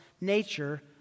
nature